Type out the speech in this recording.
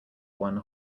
one